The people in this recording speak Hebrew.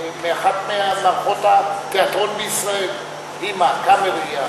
מאחת ממערכות התיאטרון בישראל, "הבימה", "הקאמרי"?